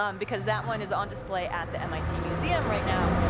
um because that one is on display at the mit museum right now,